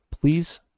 please